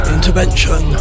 intervention